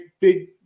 big